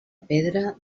pedra